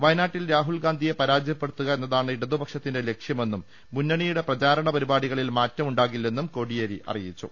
വയനാട്ടിൽ രാഹുൽ ഗാന്ധിയെ പരാജയപ്പെടുത്തുക എന്നതാണ് ഇടതുപക്ഷ ത്തിന്റെ ലക്ഷ്യമെന്നും മുന്നണിയുടെ പ്രചാരണ പരിപാടികളിൽ മാറ്റമുണ്ടാകില്ലെന്നും കോടിയേരി അറിയിച്ചു